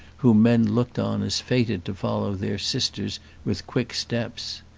whom men looked on as fated to follow their sisters with quick steps.